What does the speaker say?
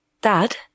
Dad